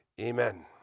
Amen